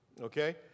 Okay